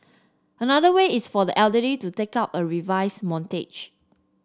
another way is for the elderly to take up a reverse mortgage